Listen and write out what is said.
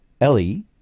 Ellie